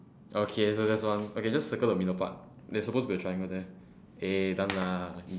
okay so that's one okay just circle the middle part there's supposed to be a triangle there eh done lah easy